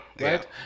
right